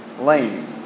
lame